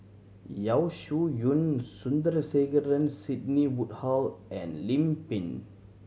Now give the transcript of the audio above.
Yeo Shih Yun Sandrasegaran Sidney Woodhull and Lim Pin